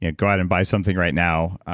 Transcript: ah go out and buy something right now.